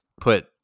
put